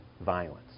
violence